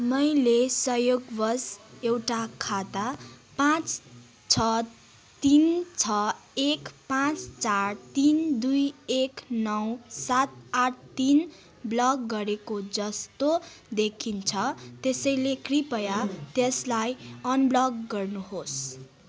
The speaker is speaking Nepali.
मैले संयोगवश एउटा खाता पाँच छ तिन छ एक पाँच चार तिन दुई एक नौ सात आठ तिन ब्लक गरेको जस्तो देखिन्छ त्यसैले कृपया त्यसलाई अनब्लक गर्नुहोस्